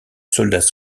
soldats